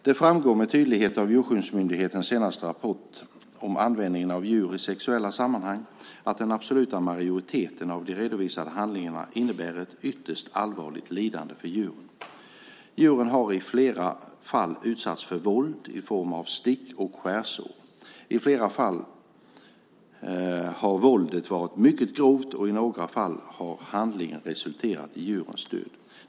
Det framgår med tydlighet av Djurskyddsmyndighetens senaste rapport om användning av djur i sexuella sammanhang att den absoluta majoriteten av de redovisade handlingarna innebär ett ytterst allvarligt lidande för djuren. Djuren har i flera fall utsatts för våld i form av stick och skärsår. I flera fall har våldet varit mycket grovt, och i några fall har handlingarna resulterat i djurens död.